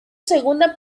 segunda